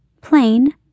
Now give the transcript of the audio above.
plain